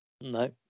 No